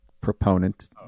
proponent